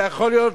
זה יכול להיות